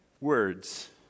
words